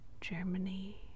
Germany